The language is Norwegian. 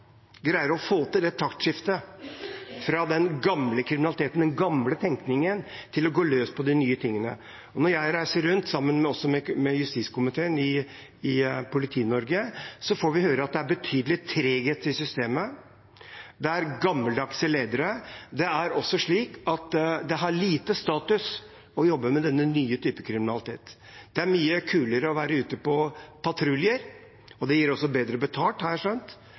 greier å få til et taktskifte fra den gamle kriminalitetstenkningen til å gå løs på de nye tingene. Når jeg reiser rundt, også sammen med justiskomiteen i Politi-Norge, får vi høre at det er betydelig treghet i systemet, det er gammeldagse ledere, og det er også slik at det har lite status å jobbe med denne nye typen kriminalitet. Det er mye kulere å være ute på patrulje – og det er også bedre betalt, har jeg skjønt